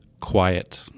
quiet